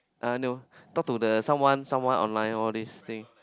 ah no talk to the someone someone online all this thing